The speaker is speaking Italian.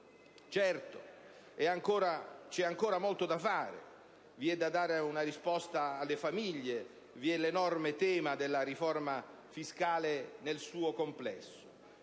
Certo, c'è ancora molto da fare. C'è da dare una risposta alle famiglie, e vi è l'enorme tema della riforma fiscale nel suo complesso,